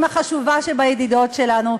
עם החשובה שבידידות שלנו,